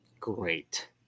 great